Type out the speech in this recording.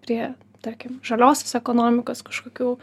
prie tarkim žaliosios ekonomikos kažkokių